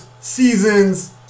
seasons